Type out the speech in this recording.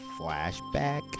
flashback